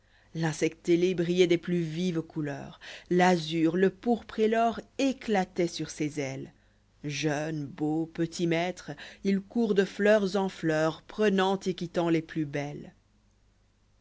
ailé brilloit des plus vives couleurs l'azur le pourpré et l'or éclataient surrses ailes j jeune beau petitmaître y il court de fleurs en fleurs prenant et quittant les plus belles